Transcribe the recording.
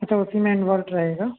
अच्छा उसमें इन्वोल्ट रहेगा